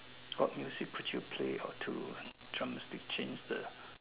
what music could you play or do the drastic change the